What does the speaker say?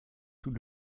tout